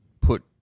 Put